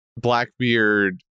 Blackbeard